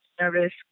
nervous